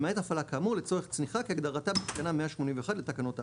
למעט הפעלה כאמור לצורך צניחה כהגדרתה בתקנה 181 לתקנות ההפעלה."